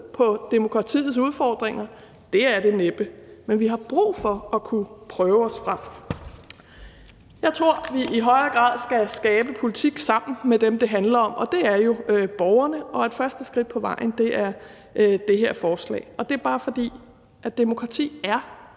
på demokratiets udfordringer? Det er det næppe, men vi har brug for at kunne prøve os frem. Jeg tror, at vi i højere grad skal skabe politik sammen med dem, det handler om, og det er jo borgerne. Og første skridt på vejen er det her forslag. Det er bare, fordi demokratiet